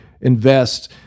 invest